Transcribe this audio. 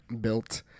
built